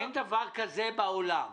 אין דבר כזה בעולם.